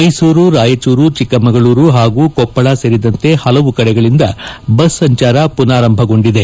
ಮೈಸೂರು ರಾಯಚೂರು ಚಿಕ್ಕಮಗಳೂರು ಹಾಗೂ ಕೊಪ್ಪಳ ಸೇರಿದಂತೆ ಪಲವು ಕಡೆಗಳಿಂದ ಬಸ್ ಸಂಚಾರ ಮನಾರಂಭಗೊಂಡಿದೆ